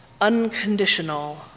unconditional